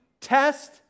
Test